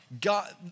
God